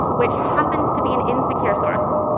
which happens to be an insecure source.